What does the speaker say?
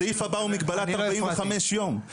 הסעיף הבא הוא מגבלת 45 יום.